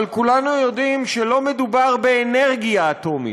אבל כולנו יודעים שלא מדובר באנרגיה אטומית.